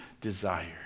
desire